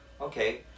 Okay